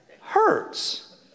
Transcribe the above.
hurts